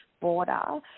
border